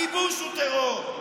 הכיבוש הוא טרור,